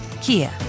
Kia